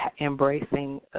embracing